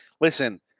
listen